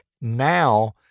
now